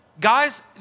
Guys